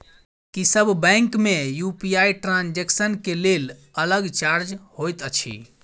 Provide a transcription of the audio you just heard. की सब बैंक मे UPI transaction केँ लेल अलग चार्ज होइत अछि?